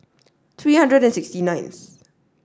three hundred and sixty ninth